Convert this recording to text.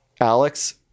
alex